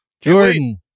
Jordan